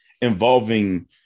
involving